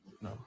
No